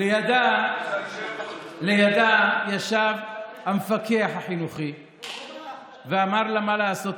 לידה ישב המפקח החינוכי ואמר לה מה לעשות,